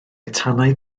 tanau